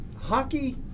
Hockey